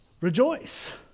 rejoice